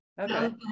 okay